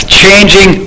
changing